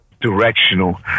directional